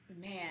Man